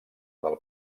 del